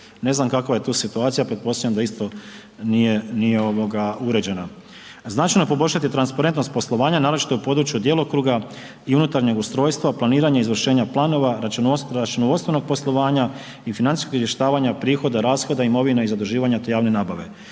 ne znam kakva je tu situacija, pretpostavljam da isto nije, nije ovoga uređena. Značajno poboljšati transparentnost poslovanja, naročito u području djelokruga i unutarnjeg ustrojstva, planiranje izvršenja planova računovodstvenog poslovanja i financijskog izvještavanja prihoda, rashoda imovine i zaduživanja te javne nabave.